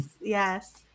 Yes